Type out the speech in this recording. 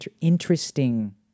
interesting